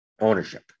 ownership